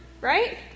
right